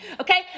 Okay